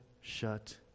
shut